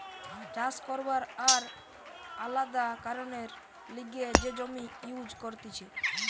চাষ করবার আর আলাদা কারণের লিগে যে জমি ইউজ করতিছে